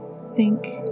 sink